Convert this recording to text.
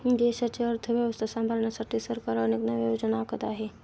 देशाची अर्थव्यवस्था सांभाळण्यासाठी सरकार अनेक नव्या योजना आखत आहे